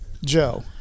Joe